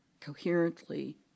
coherently